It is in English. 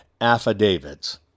affidavits